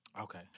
Okay